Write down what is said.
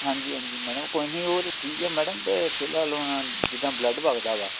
ਹਾਂਜੀ ਹਾਂਜੀ ਮੈਡਮ ਕੋਈ ਨਹੀਂ ਉਹ ਤਾਂ ਠੀਕ ਹੈ ਮੈਡਮ ਅਤੇ ਫਿਲਹਾਲ ਹੁਣ ਜਿੱਦਾਂ ਬਲੱਡ ਵਗਦਾ ਵਾ